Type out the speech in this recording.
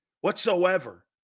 whatsoever